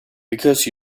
because